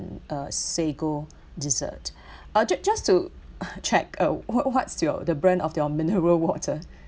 a sago dessert uh ju~ just just to check uh what what's your the brand of your mineral water